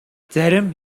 зарим